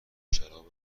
شراب